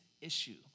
issue